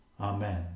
Amen